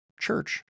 church